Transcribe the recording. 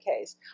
case